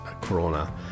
corona